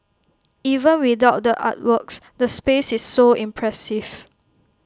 even without the artworks the space is so impressive